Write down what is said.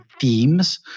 themes